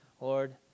Lord